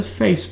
Facebook